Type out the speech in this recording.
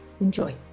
Enjoy